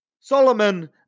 Solomon